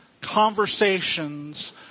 conversations